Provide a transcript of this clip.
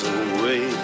away